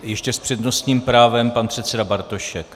Ještě s přednostním právem pan předseda Bartošek.